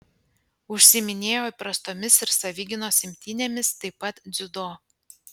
užsiiminėjo įprastomis ir savigynos imtynėmis taip pat dziudo